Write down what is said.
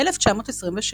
ב-1926